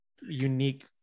unique